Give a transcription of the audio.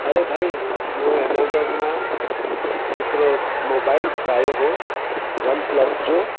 अरे भई मूं एमेज़ॉन मां हिकिड़ो मोबाइल घुरायो हुओ वनप्लस जो